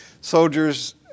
soldiers